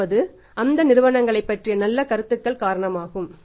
அதாவது அந்த நிறுவனங்களைப் பற்றிய நல்ல கருத்துக்கள் காரணமாகும்